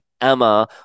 Emma